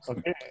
Okay